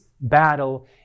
battle